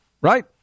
Right